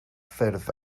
ffurf